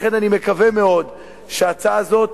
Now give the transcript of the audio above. לכן, אני מקווה מאוד שההצעה הזאת,